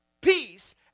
peace